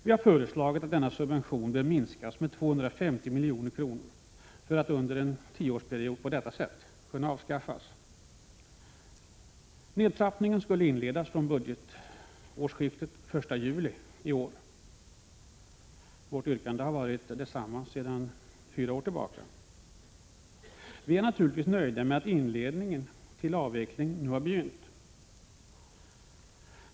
Vi har föreslagit att denna subvention bör minskas med 250 milj.kr. för att under en tioårsperiod kunna avskaffas. Nedtrappningen skulle inledas från budgetårsskiftet, alltså från den 1 juli i år. Vårt yrkande har varit detsamma sedan fyra år tillbaka. Vi är naturligtvis nöjda med att inledningen till avvecklingen nu har begynt.